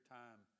time